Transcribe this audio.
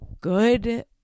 good